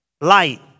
Light